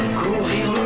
courir